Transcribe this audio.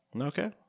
Okay